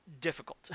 difficult